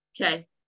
Okay